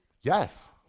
Yes